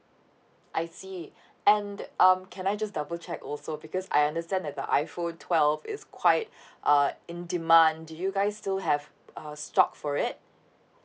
I see and um can I just double check also because I understand that the iPhone twelve is quite err in demand do you guys still have err stock for it